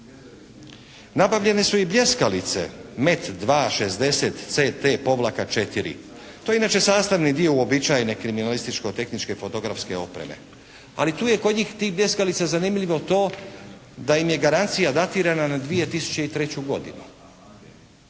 Nabavljene su i bljeskalice MET 2 60 CT-4. To je inače sastavni dio uobičajene kriminalističko-tehničko fotografske opreme. Ali tu je kod njih, tih bljeskalica zanimljivo to, da im je garancija datirana na 2003. godinu.